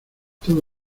todo